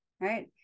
right